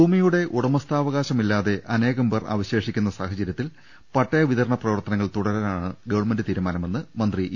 ഭൂമിയുടെ ഉടമസ്ഥാവകാശമില്ലാതെ അനേകം പേർ അവശേ ഷിക്കുന്ന സാഹചര്യത്തിൽ പട്ടയ വിതരണ പ്രവർത്തനങ്ങൾ തുട രാനാണ് ഗവൺമെന്റ് തീരുമാനമെന്ന് മന്ത്രി ഇ